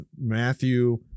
Matthew